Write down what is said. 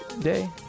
day